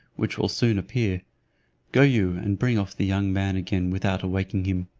which will soon appear go you and bring off the young man again without awaking him.